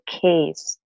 case